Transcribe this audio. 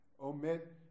omit